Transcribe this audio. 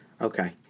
Okay